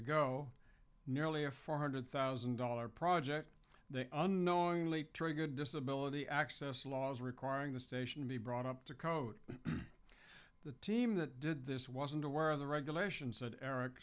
ago nearly a four hundred thousand dollars project they unknowingly triggered disability access laws requiring the station be brought up to code the team that did this wasn't aware of the regulations at eric